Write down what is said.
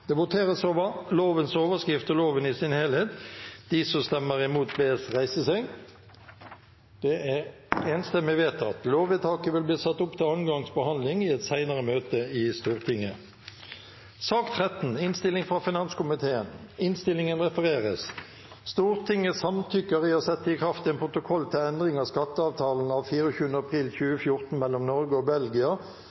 Det voteres over lovens overskrift og loven i sin helhet. Lovvedtaket vil bli satt opp til andre gangs behandling i et senere møte i Stortinget.